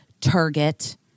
Target